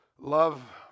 love